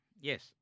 Yes